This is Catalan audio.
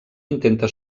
intenta